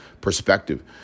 perspective